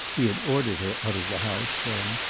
he had ordered her out of the house, then,